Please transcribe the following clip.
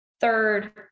third